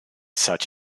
such